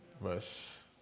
Verse